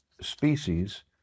species